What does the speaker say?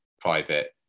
private